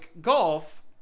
golf